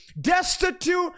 destitute